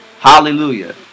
Hallelujah